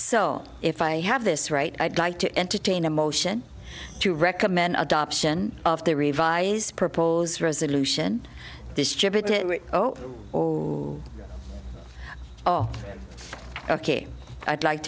so if i have this right i'd like to entertain a motion to recommend adoption of the revised proposed resolution distributed oh all are ok i'd like